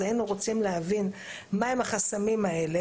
אז היינו רוצים להבין מה הם החסמים האלה,